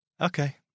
okay